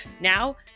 Now